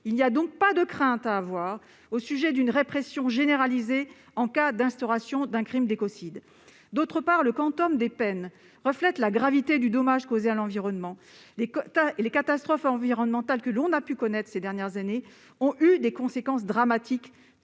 Il ne faut donc pas craindre une répression généralisée en cas d'instauration d'un crime d'écocide. Le quantum des peines reflète par ailleurs la gravité du dommage causé à l'environnement. Les catastrophes environnementales qu'on a pu connaître ces dernières années ont eu des conséquences dramatiques,